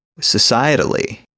Societally